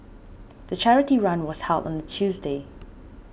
the charity run was held on a Tuesday